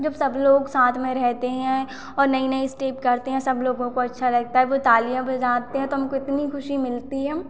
जब सब लोग साथ में रहते हैं और नई नई स्टेप करते हैं सब लोगों को अच्छा लगता है वो तालियाँ बजाते हैं तो हमको इतनी खुशी मिलती है